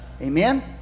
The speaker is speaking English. amen